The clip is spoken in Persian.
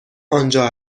آنجا